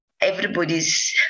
everybody's